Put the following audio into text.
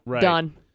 done